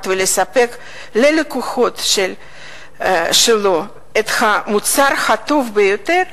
ולספק ללקוחות שלו את המוצר הטוב ביותר,